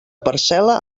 parcel·la